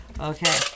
Okay